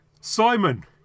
Simon